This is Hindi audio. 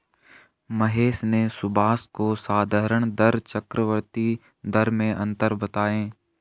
महेश ने सुभाष को साधारण दर चक्रवर्ती दर में अंतर बताएं